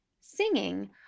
singing